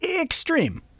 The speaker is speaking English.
Extreme